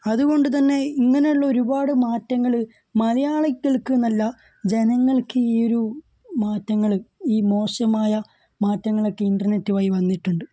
അതുകൊണ്ട് തന്നെ ഇങ്ങനെയുള്ള ഒരുപാട് മാറ്റങ്ങൾ മലയാളികൾക്ക് എന്നല്ല ജനങ്ങൾക്ക് ഈയൊരു മാറ്റങ്ങൾ ഈ മോശമായ മാറ്റങ്ങളൊക്കെ ഇൻറ്റർനെറ്റ് വഴി വന്നിട്ടുണ്ട്